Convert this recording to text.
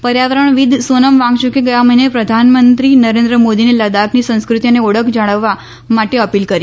પર્યાવરણવિદ સોનમ વાંગચુકે ગયા મહિને પ્રધાનમંત્રી નરેન્દ્ર મોદીને લદ્દાખની સંસ્કૃતિ અને ઓળખ જાળવવા માટે અપીલ કરી હતી